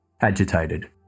Agitated